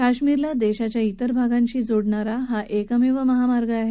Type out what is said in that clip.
काश्मिरला देशाच्या विर भागांशी जोडणारा हा एकमेव महामार्ग आहे